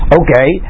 okay